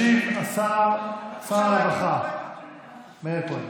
ישיב שר הרווחה מאיר כהן.